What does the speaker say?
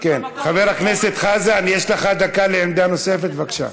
חבר הכנסת חזן, יש לך דקה לעמדה נוספת, בבקשה.